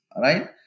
right